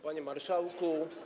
Panie Marszałku!